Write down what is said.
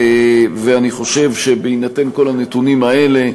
ואני חושב שבהינתן כל הנתונים האלה,